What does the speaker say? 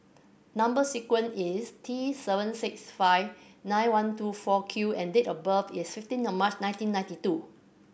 number sequence is T seven six five nine one two four Q and date of birth is fifteen of March nineteen ninety two